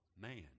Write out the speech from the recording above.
Man